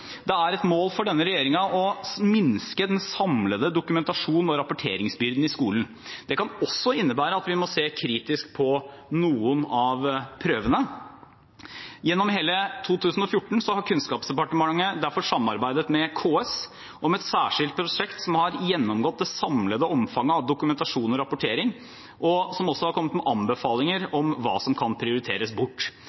Det er et mål for denne regjeringen å minske den samlede dokumentasjons- og rapporteringsbyrden i skolen. Det kan også innebære at vi må se kritisk på noen av prøvene. Gjennom hele 2014 har Kunnskapsdepartementet derfor samarbeidet med KS om et særskilt prosjekt som har gjennomgått det samlede omfanget av dokumentasjon og rapportering, og som også har kommet med anbefalinger om hva som kan prioriteres bort.